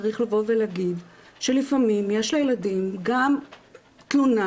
צריך לבוא ולהגיד שלפעמים יש לילדים גם תלונה